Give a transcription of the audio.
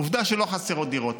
עובדה שלא חסרות דירות,